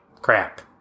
crap